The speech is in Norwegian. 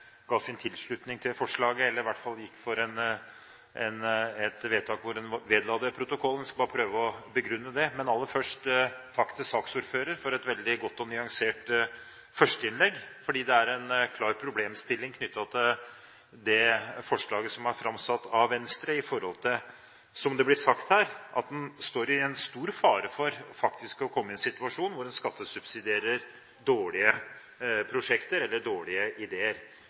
ga sin tilslutning til forslaget, eller i hvert fall gikk inn for et vedtak om at saken skulle vedlegges protokollen. Jeg skal prøve å begrunne det, men aller først en takk til saksordføreren for et veldig godt og nyansert førsteinnlegg. Det er en klar problemstilling knyttet til det forslaget som er framsatt av Venstre – som det ble sagt her – ved at man står i stor fare for å komme i en situasjon hvor en skattesubsidierer dårlige prosjekter eller dårlige ideer.